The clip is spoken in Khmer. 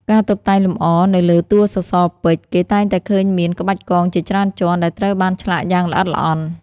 ការតុបតែងលម្អ នៅលើតួសសរពេជ្រ គេតែងតែឃើញមាន ក្បាច់កងជាច្រើនជាន់ ដែលត្រូវបានឆ្លាក់យ៉ាងល្អិតល្អន់។